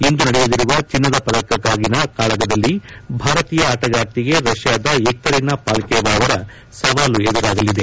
ಇಂದು ನಡೆಯಲಿರುವ ಚಿನ್ನದ ಪದಕ್ಕಾಗಿನ ಕಾಳಗದಲ್ಲಿ ಭಾರತೀಯ ಆಟಗಾರ್ತಿಗೆ ರಷ್ಕಾದ ಏಕ್ತರಿನಾ ಪಾಲ್ಕೇವಾ ಅವರ ಸವಾಲು ಎದುರಾಗಲಿದೆ